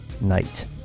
Night